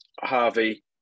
Harvey